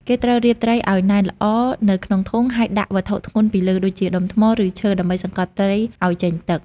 គេត្រូវរៀបត្រីឱ្យណែនល្អនៅក្នុងធុង ហើយដាក់វត្ថុធ្ងន់ពីលើ ដូចជា ដុំថ្ម ឬឈើ ដើម្បីសង្កត់ត្រីឱ្យចេញទឹក។